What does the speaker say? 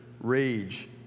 rage